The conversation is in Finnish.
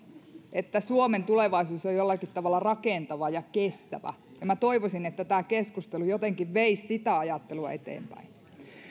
että suomen tulevaisuus on jollakin tavalla rakentava ja kestävä ja toivoisin että tämä keskustelu jotenkin veisi sitä ajattelua eteenpäin